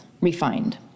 refined